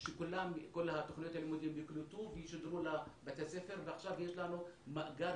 שכל תוכניות הלימודים יוקלטו וישודרו לבתי הספר ועכשיו יש לנו מאגר